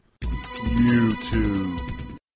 YouTube